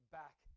back